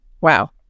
Wow